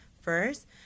first